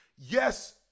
Yes